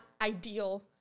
ideal